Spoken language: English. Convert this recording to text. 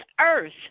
earth